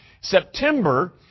September